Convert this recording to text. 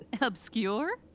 Obscure